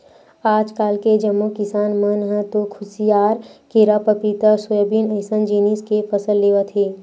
आजकाल के जम्मो किसान मन ह तो खुसियार, केरा, पपिता, सोयाबीन अइसन जिनिस के फसल लेवत हे